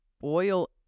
boil